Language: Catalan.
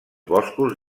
boscos